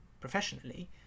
professionally